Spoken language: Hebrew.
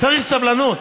צריך סבלנות,